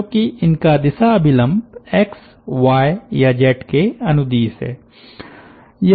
क्योंकि इनका दिशा अभिलम्ब एक्स वाय या जेड के अनुदिश हैं